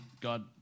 God